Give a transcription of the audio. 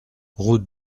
route